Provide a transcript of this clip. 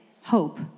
hope